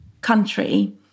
country